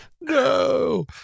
No